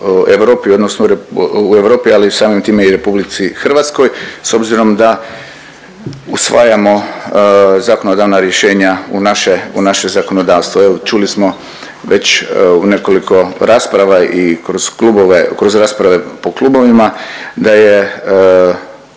u Europi, ali samim time i RH, s obzirom da usvajamo zakonodavna rješenja u naše, u naše zakonodavstvo, evo čuli smo već u nekoliko rasprava i kroz klubove, kroz rasprave po klubovima da je,